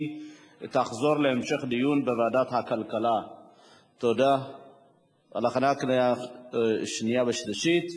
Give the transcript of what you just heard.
היא תחזור לוועדת הכלכלה להמשך דיון ולהכנה לקריאה שנייה ושלישית.